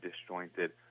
disjointed